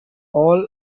all